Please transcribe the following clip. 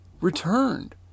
returned